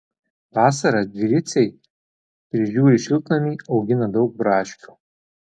vasarą griciai prižiūri šiltnamį augina daug braškių